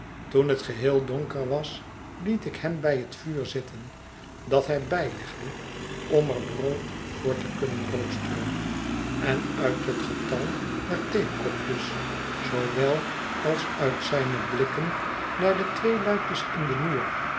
toen het geheel donker was liet ik hem bij het vuur zitten dat hij bijlegde om er brood voor te kunnen roosteren en uit het getal der thee kopjes zoowel als uit zijne blikken naar de twee luikjes in den muur